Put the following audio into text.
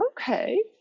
okay